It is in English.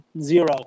Zero